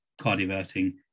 cardioverting